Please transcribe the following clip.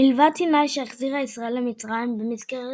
מלבד סיני, שהחזירה ישראל למצרים במסגרת